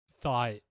thought